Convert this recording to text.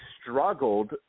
struggled